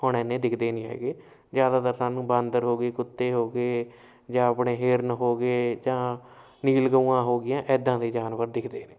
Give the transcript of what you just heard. ਹੁਣ ਇੰਨੇ ਦਿਖਦੇ ਨਹੀਂ ਹੈਗੇ ਜ਼ਿਆਦਾਤਰ ਸਾਨੂੰ ਬਾਂਦਰ ਹੋ ਗਏ ਕੁੱਤੇ ਹੋ ਗਏ ਜਾਂ ਆਪਣੇ ਹਿਰਨ ਹੋ ਗਏ ਜਾਂ ਨੀਲ ਗਊਆਂ ਹੋ ਗਈਆਂ ਇੱਦਾਂ ਦੇ ਜਾਨਵਰ ਦਿਖਦੇ ਨੇ